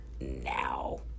now